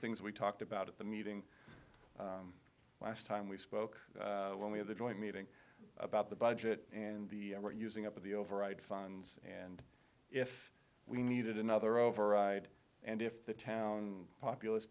things we talked about at the meeting last time we spoke when we have the joint meeting about the budget and the using up of the override funds and if we needed another override and if the town populace